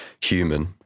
human